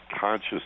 conscious